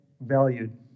valued